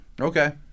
Okay